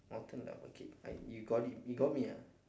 molten lava cake I you got it you got me ah